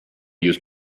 used